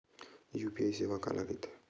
UPI सेवा काला कइथे?